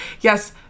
Yes